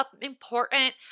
important